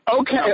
okay